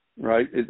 right